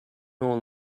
nor